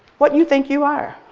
what you think you are,